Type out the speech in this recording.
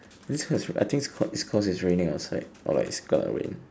that's cause I think it's cau~ it's cause it's raining outside or like it's gonna rain